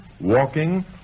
walking